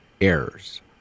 errors